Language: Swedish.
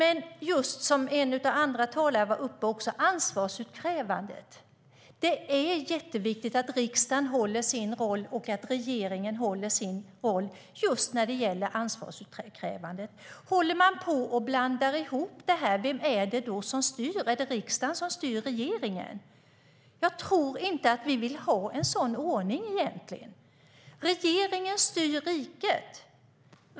En av de andra talarna nämnde ansvarsutkrävandet. Det är jätteviktigt att riksdagen håller sig till sin roll och regeringen till sin roll just när det gäller ansvarsutkrävandet. Håller vi på och blandar ihop det här kan man undra vem det är som styr - är det riksdagen som styr regeringen? Jag tror inte att vi egentligen vill ha en sådan ordning. Regeringen styr riket.